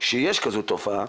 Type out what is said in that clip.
שיש כזו תופעה,